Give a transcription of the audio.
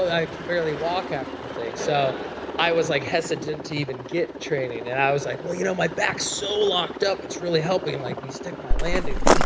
i can barely walk after the thing. so i was like hesitant to even get training and i was like, well, you know, my back is so locked up its really helping like me stick my landings.